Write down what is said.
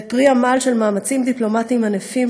והוא פרי עמל של מאמצים דיפלומטיים ענפים